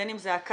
בין אם זה הקו,